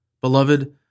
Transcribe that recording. Beloved